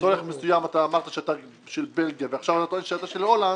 לצורך מסוים אמרת שאתה של בלגיה ועכשיו אמרת שאתה של הולנד,